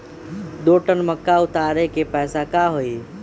दो टन मक्का उतारे के पैसा का होई?